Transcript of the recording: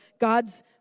God's